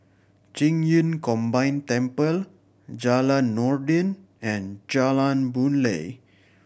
Qing Yun Combine Temple Jalan Noordin and Jalan Boon Lay